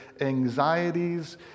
anxieties